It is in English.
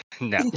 no